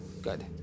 Good